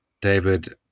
DAVID